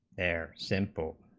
their simple